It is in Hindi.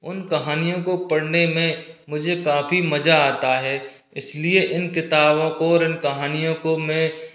उन कहानियों को पढ़ने में मुझे काफी मज़ा आता है इसलिए इन किताबों को और इन कहानियों को मैं